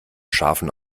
schafen